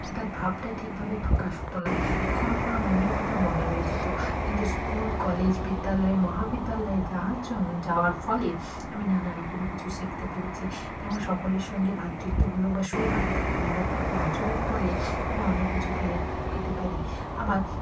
অর্থাৎ ভাবটা ঠিকভাবে প্রকাশ হতো না কখনও কখনও মনের কথা মনে রয়ে যেত কিন্তু স্কুল কলেজ বিদ্যালয় মহাবিদ্যালয় যাওয়ার জন্য যাওয়ার ফলে আমি নানারকম কিছু শিখতে পেরেছি যেমন সকলের সঙ্গে ভ্রাতৃত্বমূলক বা সৌভ্রাতৃত্বমূলকভাবে আচরণ করলে আমরা অনেক কিছু পেয়ে পেতে পারি আবার